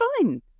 fine